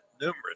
numerous